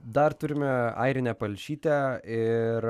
dar turime airinę palšytę ir